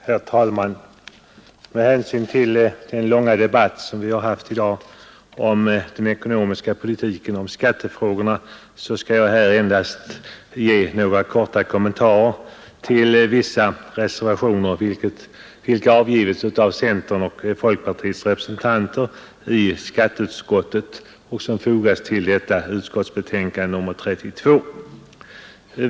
Herr talman! Med hänsyn till den långa debatt som vi har haft i dag om den ekonomiska politiken och om skattefrägorna skall jag här endast ge några korta kommentarer till vissa reservationer, som avgivits av centerns och folkpartiets representanter i skatteutskottet och som fogats till detta utskottsbetänkande nr 32.